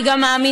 אני גם מאמינה,